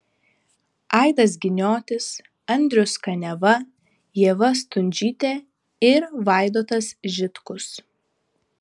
aidas giniotis andrius kaniava ieva stundžytė ir vaidotas žitkus